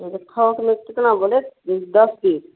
जैसे थोक में कितना बोले दस पीस